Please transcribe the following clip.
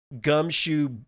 gumshoe